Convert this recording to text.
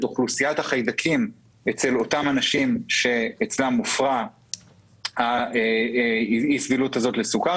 אוכלוסיית החיידקים אצל אותם אנשים שאצלם הופרה האי-סבילות הזאת לסוכר,